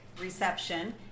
reception